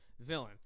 Villain